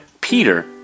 Peter